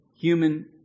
human